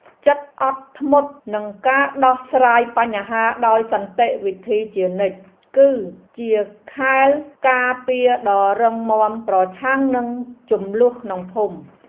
ចិត្តអត់ធ្មត់និងការដោះស្រាយបញ្ហាដោយសន្តិវិធីជានិច្ច គឺជាខែលការពារដ៏រឹងមាំប្រឆាំងនឹងជម្លោះក្នុងភូមិ។